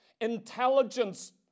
Intelligence